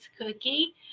Cookie